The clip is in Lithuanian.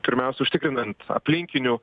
pirmiausia užtikrinant aplinkinių